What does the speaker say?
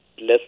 less